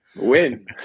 win